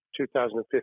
2015